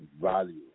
value